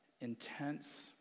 intense